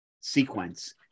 sequence